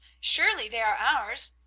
surely, they are ours.